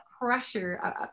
pressure